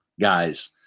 guys